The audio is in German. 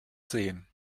sehen